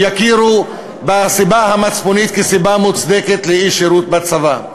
יכירו בסיבה המצפונית כסיבה מוצדקת לאי-שירות בצבא.